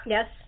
Yes